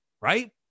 right